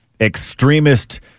extremist